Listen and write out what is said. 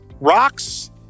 rocks